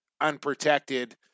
unprotected